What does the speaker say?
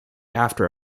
after